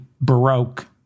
Baroque